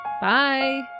Bye